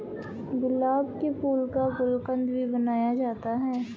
गुलाब के फूल का गुलकंद भी बनाया जाता है